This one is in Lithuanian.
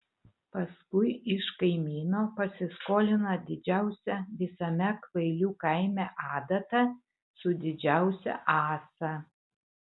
paskui iš kaimyno pasiskolino didžiausią visame kvailių kaime adatą su didžiausia ąsa